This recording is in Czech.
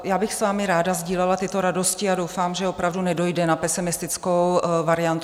Já bych s vámi ráda sdílela tyto radosti a doufám, že opravdu nedojde na pesimistickou variantu.